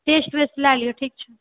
test वेस्ट लए लियो ठीक छै